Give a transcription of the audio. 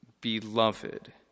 beloved